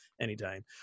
anytime